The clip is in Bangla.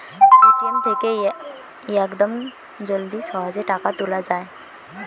এ.টি.এম থেকে ইয়াকদম জলদি সহজে টাকা তুলে যায়